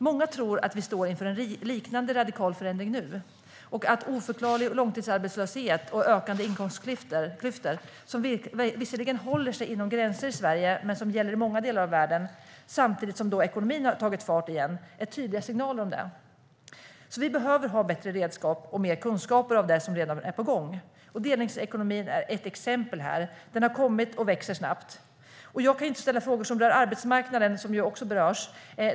Många tror att vi står inför en liknande radikal förändring nu och att oförklarlig långtidsarbetslöshet och ökande inkomstklyftor - som visserligen håller sig inom gränser i Sverige men som gäller i många delar av världen - samtidigt som ekonomin har tagit fart igen är tydliga signaler om det. Vi behöver alltså ha bättre redskap och mer kunskaper om det som redan är på gång. Delningsekonomin är ett exempel här. Den har kommit och växer snabbt. Jag kan inte ställa frågor som rör arbetsmarknaden, som också berörs.